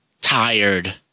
tired